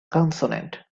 consonant